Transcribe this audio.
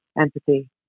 empathy